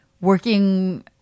working